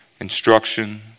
instruction